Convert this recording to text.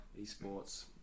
Esports